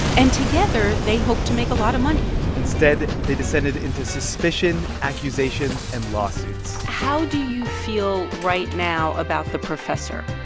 and, together, they hoped to make a lot of money instead, they descended into suspicion, accusations and lawsuits how do you feel right now about the professor?